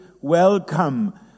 welcome